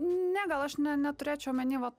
ne gal aš ne neturėčiau omeny va